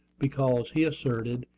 because, he asserted,